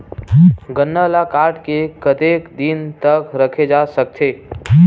गन्ना ल काट के कतेक दिन तक रखे जा सकथे?